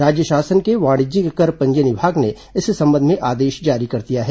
राज्य शासन के वाणिज्यिक कर पंजीयन विभाग ने इस संबंध में आदेश जारी कर दिया है